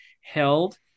held